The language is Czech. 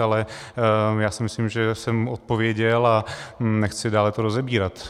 Ale já si myslím, že jsem odpověděl, a nechci to dále rozebírat.